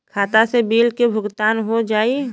खाता से बिल के भुगतान हो जाई?